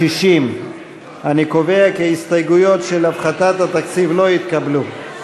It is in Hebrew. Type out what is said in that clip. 60. אני קובע כי ההסתייגויות של הפחתת התקציב לא התקבלו.